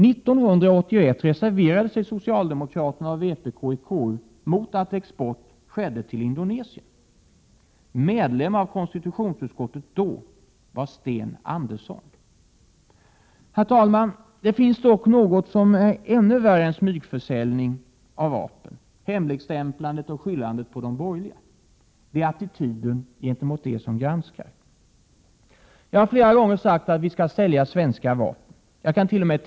1981 reserverade sig socialdemokraterna och vpk i KU mot att export skedde till Indonesien. Medlem av konstitutionsutskottet då var Sten Andersson. Herr talman! Det finns dock något som är ännu värre än smygförsäljningen av vapen, hemligstämplandet och att man skyller på de borgerliga. Det är attityden gentemot dem som granskar. Jag har flera gånger sagt att vi skall sälja svenska vapen, och jag kant.o.m.